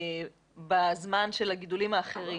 בזמן של הגידולים האחרים.